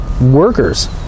workers